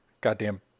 Goddamn